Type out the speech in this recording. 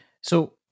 So-